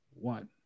one